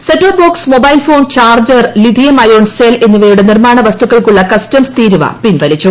set top box mobile phone charger lithium ion cell എന്നിവയുടെ നിർമാണ വസ്തുക്കൾക്കുള്ള കസ്റ്റംസ് തീരുവ പിൻവലിച്ചു